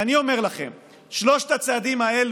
ואני אומר לכם, שלושת הצעדים האלה,